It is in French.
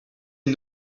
est